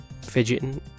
fidgeting